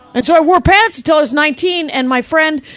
and so i wore pads till i was nineteen, and my friend,